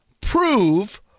Prove